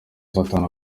satani